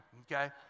okay